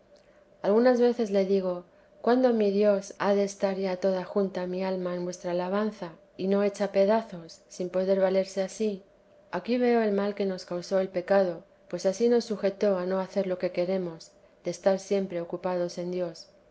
algunas veces le digo cuándo mi dios ha de estar ya toda junta mi alma en vuestra alabanza y no hecha pedazos sin poder valerse a sí aquí veo el mal que nos causó el pecadopues ansí nos sujetó a no hacer lo que queremos de estar siempre ocupados en dios